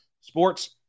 sports